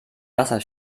wasser